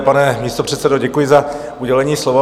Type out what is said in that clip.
Pane místopředsedo, děkuji za udělení slova.